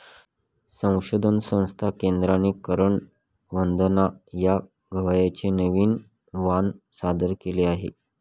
संशोधन संस्था केंद्राने करण वंदना या गव्हाचे नवीन वाण सादर केले आहे